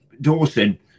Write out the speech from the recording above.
Dawson